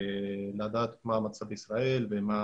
לדעת מה המצב בישראל ומה